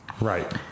Right